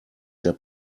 der